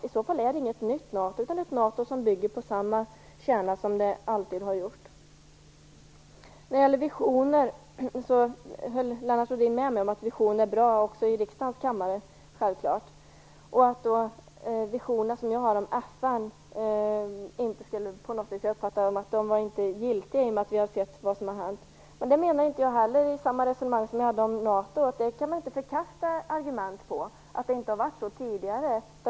I så fall är det inte ett nytt NATO, utan det är ett NATO som bygger på samma kärna som alltid förr. När det gäller visioner höll Lennart Rohdin självfallet med mig om att det är bra med visioner också i riksdagens kammare. Jag uppfattade det så att de visioner jag har om FN inte skulle vara giltiga i och med att vi har sett vad som har hänt. Det menade jag inte heller i resonemanget om NATO. Man kan inte förkasta argument bara därför att det inte har varit så tidigare.